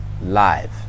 live